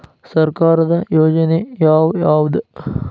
ಸರ್ಕಾರದ ಯೋಜನೆ ಯಾವ್ ಯಾವ್ದ್?